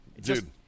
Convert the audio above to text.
Dude